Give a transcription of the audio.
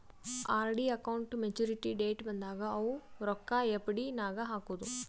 RD account maturity date ಬಂದಾಗ ಅವು ರೊಕ್ಕಾ ಎಫ್.ಡಿ ನಾಗ್ ಹಾಕದು